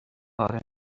آره